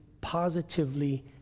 positively